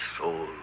soul